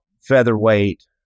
featherweight